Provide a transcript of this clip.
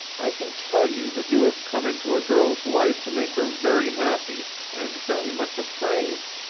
i can tell you that you have come into a girl's life to make her very happy and very much afraid.